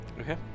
Okay